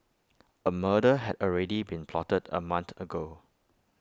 A murder had already been plotted A month ago